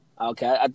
Okay